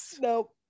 Nope